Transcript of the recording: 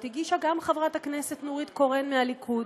הגישה גם חברת הכנסת נורית קורן מהליכוד,